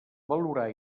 valorar